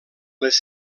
les